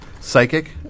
psychic